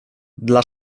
dla